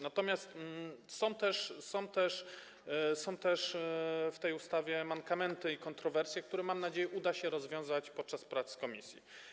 Natomiast są też w tej ustawie mankamenty i kontrowersje, które, mam nadzieję, uda się rozwiązać podczas prac w komisji.